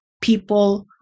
people